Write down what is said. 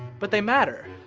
but they matter.